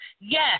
Yes